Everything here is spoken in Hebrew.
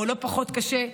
או לא פחות קשה,